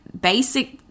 basic